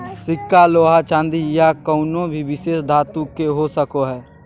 सिक्का लोहा चांदी या कउनो भी विशेष धातु के हो सको हय